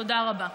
תודה רבה.